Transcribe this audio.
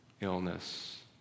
illness